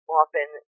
often